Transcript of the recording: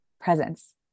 presence